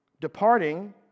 Departing